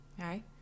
right